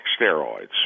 steroids